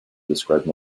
describe